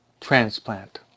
transplant